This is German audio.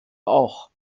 auch